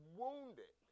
wounded